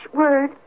word